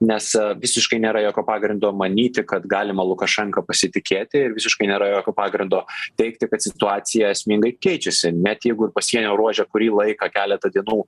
nes visiškai nėra jokio pagrindo manyti kad galima lukašenka pasitikėti ir visiškai nėra jokio pagrindo teigti kad situacija esmingai keičiasi net jeigu ir pasienio ruože kurį laiką keletą dienų